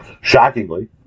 Shockingly